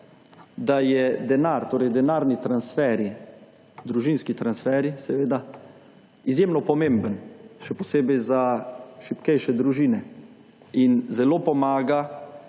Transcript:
da je denar, torej denarni transferji, družinski transferji, seveda, izjemno pomemben, še posebej za šibkejše družine. In zelo pomaga